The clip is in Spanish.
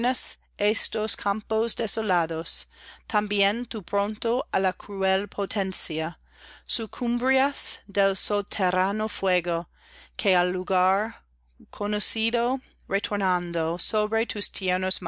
estos campos desolados también tú pronto á la cruel potencia sucumbirás del soterraño fuego que al lugar conocido retornando sobre tus